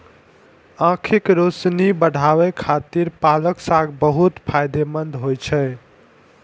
आंखिक रोशनी बढ़ाबै खातिर पालक साग बहुत फायदेमंद होइ छै